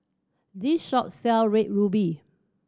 this shop sells Red Ruby